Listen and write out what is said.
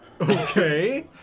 Okay